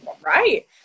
right